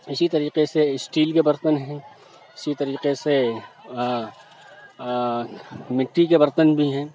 اِسی طریقے سے اسٹیل کے برتن ہیں اِسی طریقے سے مٹی کے برتن بھی ہیں